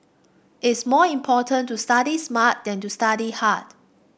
it's more important to study smart than to study hard